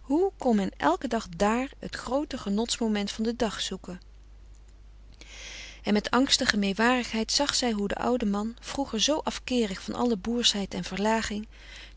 hoe kon men elken dag dààr het groote genots moment van den dag zoeken en met angstige meewarigheid zag zij hoe de oude man vroeger zoo afkeerig van alle boerschheid en verlaging